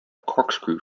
corkscrew